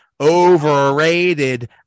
overrated